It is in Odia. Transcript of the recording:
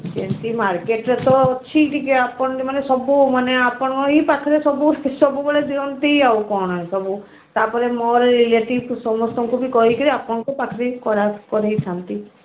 ଯେମିତି ମାର୍କେଟରେ ତ ଅଛି ଟିକେ ଆପଣ ମାନେ ସବୁ ମାନେ ଆପଣ ଏଇ ପାଖରେ ସବୁ ସବୁବେଳେ ଦିଅନ୍ତି ଆଉ କ'ଣ ସବୁ ତା'ପରେ ମୋର ରିଲେଟିଭ ସମସ୍ତଙ୍କୁ ବି କହିକିରି ଆପଣଙ୍କୁ ପାଖରେ କରା କରାଇଥାନ୍ତି